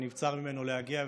נבצר ממנו להגיע,